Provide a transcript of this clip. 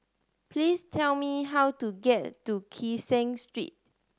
please tell me how to get to Kee Seng Street